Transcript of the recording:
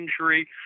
injury